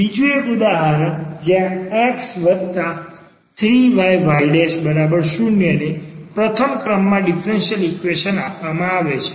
બીજું એક ઉદાહરણ છે જ્યાં x 3yy 0 ને પ્રથમ ક્રમમાં ડીફરન્સીયલ ઈક્વેશન આપવામાં આવે છે